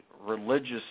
religious